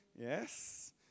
Yes